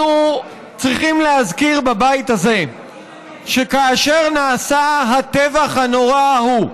אנחנו צריכים להזכיר בבית הזה שכאשר נעשה הטבח הנורא ההוא,